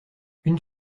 une